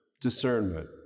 discernment